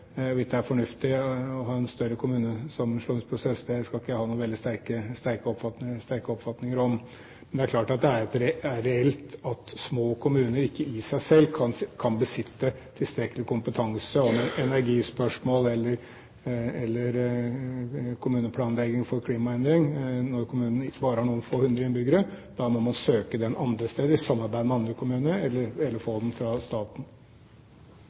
det er fornuftig å ha en større kommunesammenslåingsprosess, skal jeg ikke ha noen veldig sterke oppfatninger om, men det er klart at det er reelt at små kommuner i seg selv ikke kan besitte tilstrekkelig kompetanse om energispørsmål eller kommuneplanlegging for klimaendring, når kommunene bare har noen få hundre innbyggere. Da må man søke den andre steder – i samarbeid med andre kommuner eller få den fra staten.